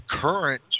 current